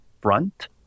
Front